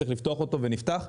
צריך לפתוח אותו ונפתח.